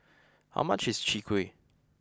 how much is Chwee Kueh